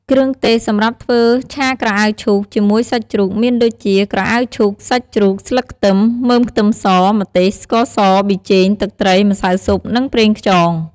គ្រឿងទេសសម្រាប់ធ្វើឆាក្រអៅឈូកជាមួយសាច់ជ្រូកមានដូចជា ក្រអៅឈូក សាច់ជ្រូក ស្លឹកខ្ទឹម មើមខ្ទឹមស ម្ទេស ស្ករស ប៊ីចេង ទឹកត្រី ម្សៅស៊ុប និងប្រេងខ្យង។